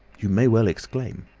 you may well exclaim.